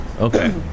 Okay